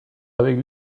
avec